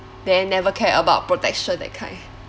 then never care about protection that kind